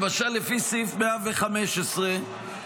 למשל לפי סעיף 115 לחוק,